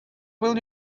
will